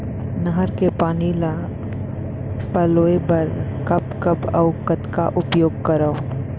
नहर के पानी ल पलोय बर कब कब अऊ कतका उपयोग करंव?